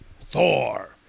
Thor